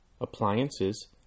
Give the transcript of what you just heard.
appliances